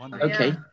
okay